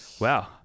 wow